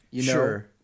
Sure